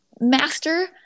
master